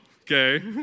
okay